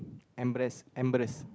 embarrass embarrass